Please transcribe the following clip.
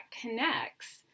connects